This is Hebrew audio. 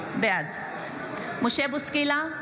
בעד מישל בוסקילה,